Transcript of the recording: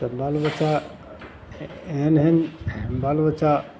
तऽ बालबच्चा एहन एहन बालबच्चा